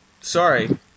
Sorry